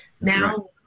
now